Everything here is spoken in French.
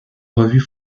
revues